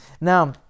Now